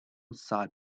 side